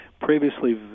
previously